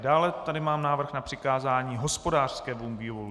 Dále tady mám návrh na přikázání hospodářskému výboru.